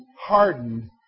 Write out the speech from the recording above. hardened